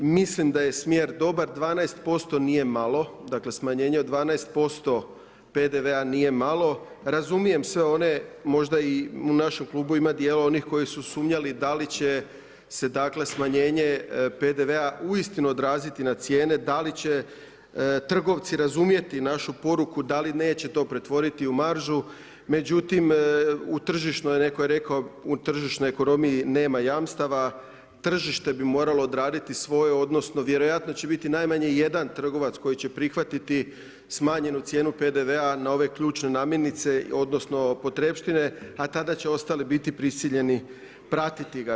Mislim da je smjer dobar, 12% nije malo, dakle smanjenje 12% PDV-a nije malo, razumijem sve one, možda i u našim klubovima djela onih koji su sumnjali da li će se dakle smanjenje PDV-a uistinu odraziti na cijene, da li će trgovci razumjeti našu poruku, da li neće to pretvoriti u maržu, međutim u tržišnoj, netko je rekao, u tržišnoj ekonomiji, nema jamstava, tržište bi moralo odraditi svoje odnosno vjerojatno će biti najmanje jedan trgovac koji će prihvatiti smanjenu cijenu PDV-a na ove ključne namirnice odnosno potrepštine a kada će ostali biti prisiljeni pratiti ga.